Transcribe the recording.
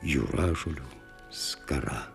jūražolių skara